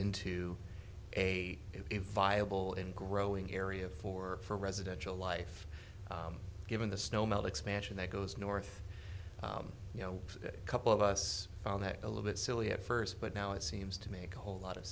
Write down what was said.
into a if viable and growing area for for residential life given the snow melt expansion that goes north you know a couple of us found that a little bit silly at first but now it seems to make a whole lot of